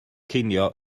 cinio